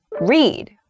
read